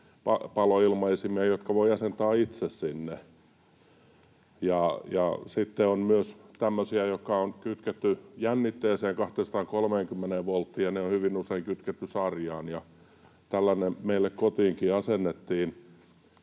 paloilmaisimia, jotka voi asentaa itse sinne, ja sitten on myös tämmöisiä, jotka on kytketty jännitteeseen, 230 volttiin, ja ne on hyvin usein kytketty sarjaan, ja tällainen meille kotiinkin asennettiin.